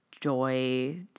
joy